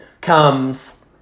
comes